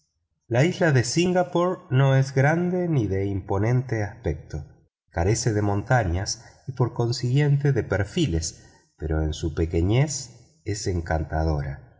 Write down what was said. la isla de singapore no es grande ni de imponente aspecto carece de montañas y por consiguiente de perfiles pero en su pequeñez es encantadora